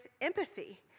empathy